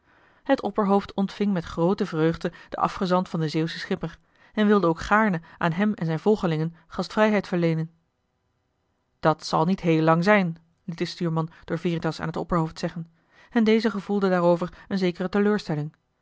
het opperhoofd ontving met groote vreugde den afgezant van den zeeuwschen schipper en wilde ook gaarne aan hem en zijn volgelingen gastvrijheid verleenen dat zal niet heel lang zijn liet de stuurman door veritas aan het opperhoofd zeggen en deze gevoelde daarover een zekere teleurstelling